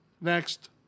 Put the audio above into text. next